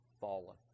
fallen